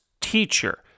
teacher